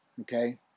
Okay